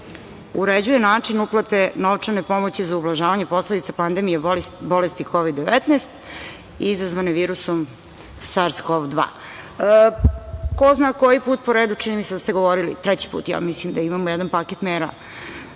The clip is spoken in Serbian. uređuje način uplate novčane pomoći za ublažavanje posledica pandemije bolesti Kovid 19 izazvane virusom SARS – KoV-2.Ko zna koji put po redu, čini mi se da ste govorili treći put ja mislim da imamo jedan paket mera,